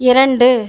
இரண்டு